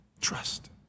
trust